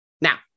Now